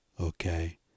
Okay